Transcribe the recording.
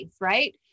right